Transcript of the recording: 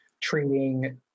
treating